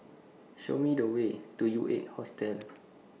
Show Me The Way to U eight Hostel